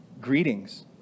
greetings